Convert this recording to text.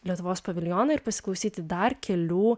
lietuvos paviljoną ir pasiklausyti dar kelių